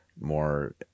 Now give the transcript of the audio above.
more